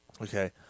okay